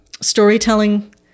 storytelling